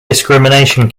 discrimination